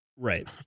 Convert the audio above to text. right